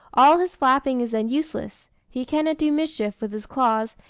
all his flapping is then useless he cannot do mischief with his claws,